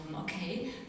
okay